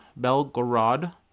Belgorod